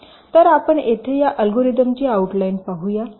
तर आपण येथे या अल्गोरिदमची ऑउटलाईन पाहूया